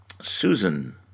Susan